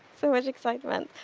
so much excitement.